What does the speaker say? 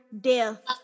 death